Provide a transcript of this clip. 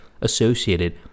associated